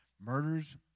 murders